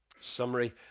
Summary